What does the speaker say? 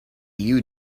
you